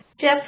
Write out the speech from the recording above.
Jeff